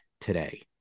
today